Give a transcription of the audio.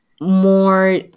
more